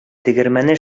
тегермәне